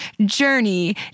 journey